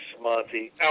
Monty